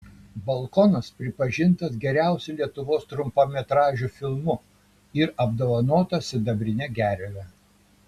balkonas pripažintas geriausiu lietuvos trumpametražiu filmu ir apdovanotas sidabrine gerve